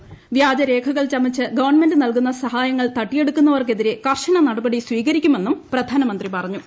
ദ്വ്യാജരേഖകൾ ചമച്ച് ഗവൺമെന്റ് നൽകുന്ന സഹായങ്ങൾ തട്ടിയെടുക്കുന്നവർക്കെതിരെ കർശന നടപടി സ്വീകരിക്കുമെന്നും പ്രധാനമന്ത്രി പറഞ്ഞു